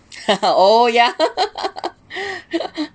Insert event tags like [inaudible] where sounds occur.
[laughs] oh yeah [laughs]